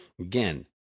Again